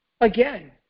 again